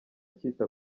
cyita